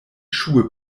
schuhe